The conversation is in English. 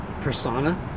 persona